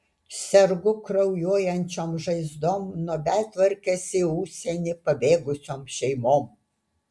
sergu kraujuojančiom žaizdom nuo betvarkės į užsienį pabėgusiom šeimom